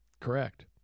correct